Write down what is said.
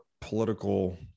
political